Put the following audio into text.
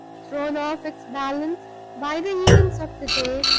thrown off its balance by the events of the day,